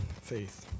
faith